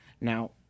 Now